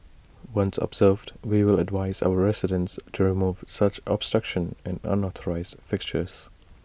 once observed we will advise our residents to remove such obstruction and unauthorised fixtures